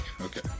okay